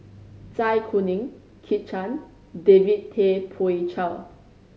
Zai Kuning Kit Chan David Tay Poey Cher